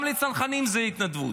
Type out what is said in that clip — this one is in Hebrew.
גם לצנחנים זאת התנדבות.